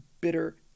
bitter